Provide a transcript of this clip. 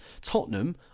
Tottenham